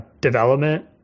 development